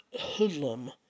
Hoodlum